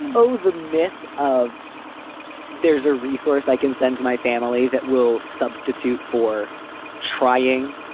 ah oh, the myth of there's a resource i can send to my family that will substitute for trying.